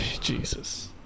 Jesus